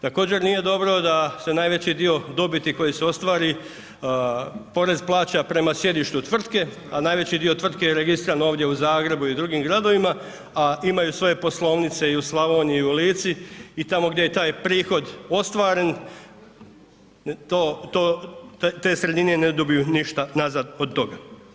Također, nije dobro da se najveći dio dobiti koji se ostvari, porez plaća prema sjedištu tvrtke, a najveći dio tvrtke je registriran ovdje u Zagrebu i drugim gradovima, a imaju svoje poslovnice i u Slavoniji i u Lici i tamo gdje je taj prihod ostvaren, to, te sredine ne dobiju ništa nazad od toga.